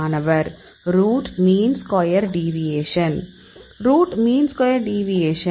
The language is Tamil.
மாணவர் root mean square deviation root mean square deviation